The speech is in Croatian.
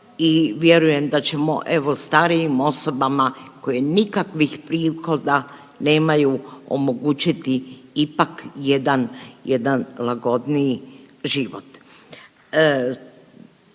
i vjerujem da ćemo evo starijim osobama koje nikakvih prihoda nemaju omogućiti ipak jedan lagodniji život.